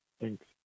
thanks